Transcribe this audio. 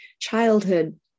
childhood